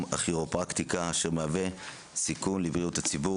הכירופרקטיקה אשר מהווה סיכון לבריאות הציבור",